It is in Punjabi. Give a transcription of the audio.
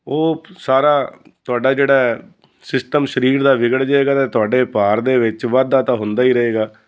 ਉਹ ਸਾਰਾ ਤੁਹਾਡਾ ਜਿਹੜਾ ਸਿਸਟਮ ਸਰੀਰ ਦਾ ਵਿਗੜ ਜਾਵੇਗਾ ਅਤੇ ਤੁਹਾਡੇ ਭਾਰ ਦੇ ਵਿੱਚ ਵਾਧਾ ਤਾਂ ਹੁੰਦਾ ਹੀ ਰਹੇਗਾ